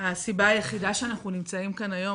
הסיבה היחידה שאנחנו נמצאים כאן היום